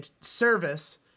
service